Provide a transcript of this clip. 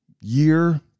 year